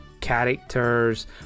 characters